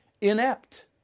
inept